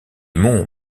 monts